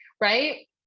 right